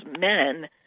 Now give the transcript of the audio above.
men